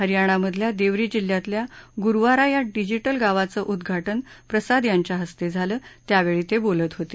हरयाणामधल्या देवरी जिल्ह्यातल्या गुरवारा या डिजिटल गावांचं उद्घाटन प्रसाद यांच्याहस्ते झालं त्यावेळी ते बोलत होते